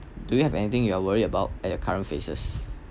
do you have anything you're worry about at the current phases